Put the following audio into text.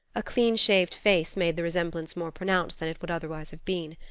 a clean-shaved face made the resemblance more pronounced than it would otherwise have been.